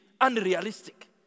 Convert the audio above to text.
unrealistic